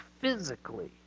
physically